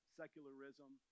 secularism